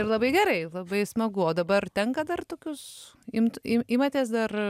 ir labai gerai labai smagu o dabar tenka dar tokius imti ir imatės dar